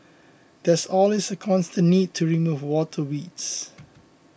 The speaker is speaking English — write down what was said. there's always a constant need to remove water weeds